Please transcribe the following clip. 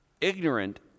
ignorant